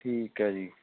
ਠੀਕ ਹੈ ਜੀ